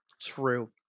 True